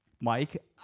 Mike